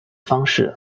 方式